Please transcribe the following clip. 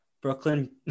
Brooklyn